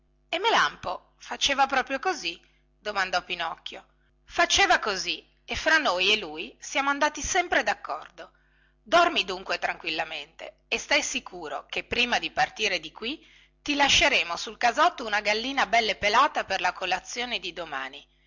e melampo faceva proprio così domandò pinocchio faceva così e fra noi e lui siamo andati sempre daccordo dormi dunque tranquillamente e stai sicuro che prima di partire di qui ti lasceremo sul casotto una gallina belle pelata per la colazione di domani